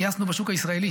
גייסנו בשוק הישראלי